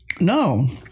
no